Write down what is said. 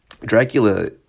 Dracula